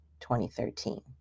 2013